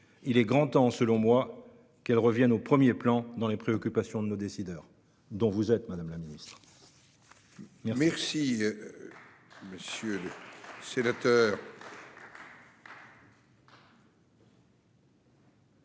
Il est grand temps, selon moi, qu'elle revienne au premier plan dans les préoccupations de nos décideurs, dont vous êtes, madame la secrétaire d'État.